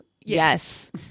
yes